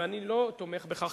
ואני לא תומך בכך,